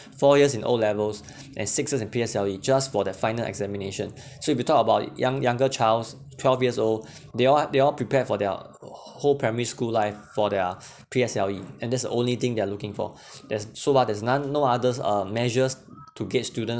four years in O levels and six years in P_S_L_E just for that final examination so if you talk about young younger childs twelve years old they all they all prepared for their whole primary school life for their P_S_L_E and that's the only thing they are looking for there's so fa there's none no others uh measures to get student